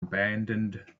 abandoned